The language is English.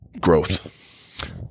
growth